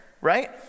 right